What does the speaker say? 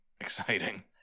exciting